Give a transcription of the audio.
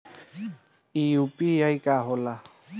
ई यू.पी.आई का होला?